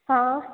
हाँ